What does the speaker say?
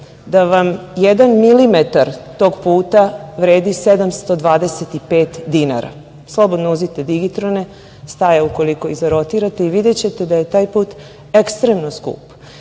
milimetar tog puta vredi 725 dinara. Slobodno uzmite digitrone, staje ukoliko ih zarotirate i videćete da je taj put ekstremno skup.